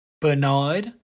bernard